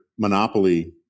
monopoly